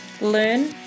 learn